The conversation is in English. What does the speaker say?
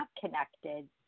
connected